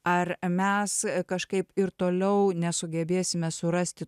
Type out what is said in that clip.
ar mes kažkaip ir toliau nesugebėsime surasti